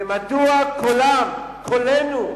ומדוע קולם, קולנו,